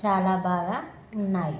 చాలా బాగా ఉన్నాయి